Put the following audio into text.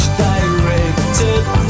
directed